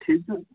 ٹھیٖک